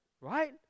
right